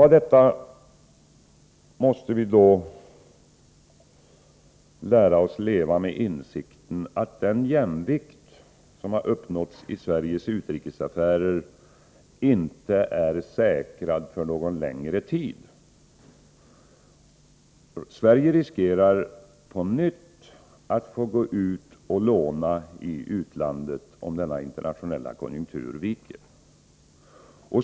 Vi måste därför lära oss leva med insikten att den jämvikt som uppnåtts i Sveriges utrikesaffärer inte är säkrad för någon längre tid. Sverige riskerar på nytt att få gå ut och låna i utlandet, om denna internationella konjunktur viker.